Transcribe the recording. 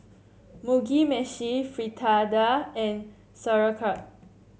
Mugi Meshi Fritada and Sauerkraut